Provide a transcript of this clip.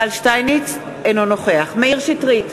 אינו נוכח מאיר שטרית,